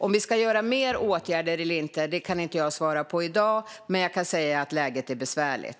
Om vi ska göra mer åtgärder eller inte kan jag inte svara på i dag, men jag kan säga att läget är besvärligt.